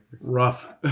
Rough